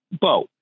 Bo